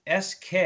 SK